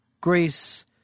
Greece